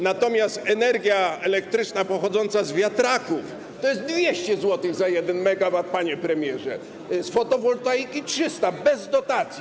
Natomiast energia elektryczna pochodząca z wiatraków to jest 200 zł za 1 MW, panie premierze, z fotowoltaiki - 300, bez dotacji.